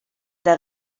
der